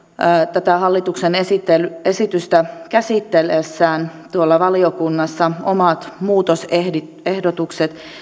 tätä hallituksen esitystä käsitellessään tuolla valiokunnassa omat muutosehdotukset